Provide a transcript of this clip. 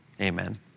amen